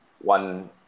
one